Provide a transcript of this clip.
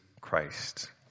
Christ